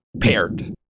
paired